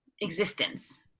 existence